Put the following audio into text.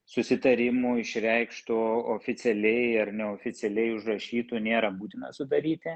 susitarimų išreikštų oficialiai ir neoficialiai užrašytų nėra būtina sudaryti